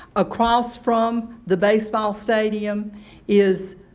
across from the baseball stadium is